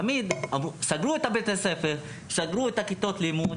תמיד סגרו את בית הספר ואת כיתות הלימוד